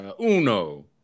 Uno